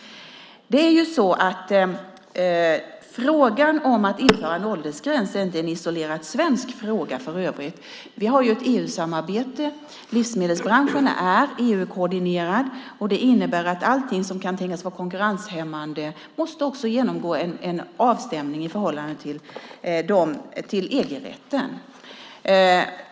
Frågan om att inte ha en åldergräns är för övrigt inte en isolerat svensk fråga. Vi har ett EU-samarbete. Livsmedelsbranschen är EU-koordinerad. Det innebär att allting som kan tänkas vara konkurrenshämmande också måste genomgå en avstämning i förhållande till EG-rätten.